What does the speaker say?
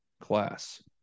class